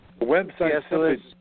website